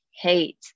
hate